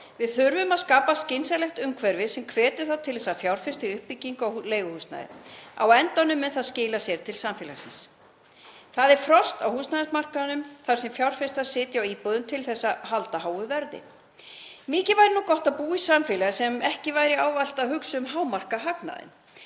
Við þurfum að skapa skynsamlegt umhverfi sem hvetur til þess að fjárfest sé í uppbyggingu á leiguhúsnæði. Á endanum mun það skila sér til samfélagsins. Það er frost á húsnæðismarkaðnum þar sem fjárfestar sitja á íbúðum til að halda háu verði. Mikið væri nú gott að búa í samfélagi sem ekki væri ávallt að hugsa um að hámarka hagnaðinn.